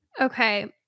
Okay